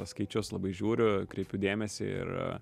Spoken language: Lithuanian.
skaičius labai žiūriu kreipiu dėmesį ir